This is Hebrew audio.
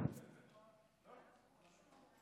תודה רבה, אדוני היושב-ראש.